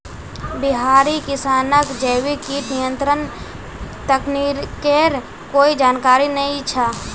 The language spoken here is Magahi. बिहारी किसानक जैविक कीट नियंत्रण तकनीकेर कोई जानकारी नइ छ